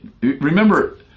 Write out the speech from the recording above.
remember